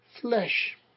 flesh